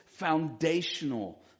foundational